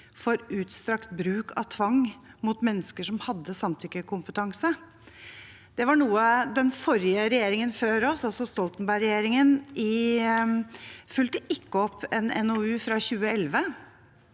for utstrakt bruk av tvang mot mennesker som hadde samtykkekompetanse. Regjeringen som var før oss, altså Stoltenberg-regjeringen, fulgte ikke opp en NOU fra 2011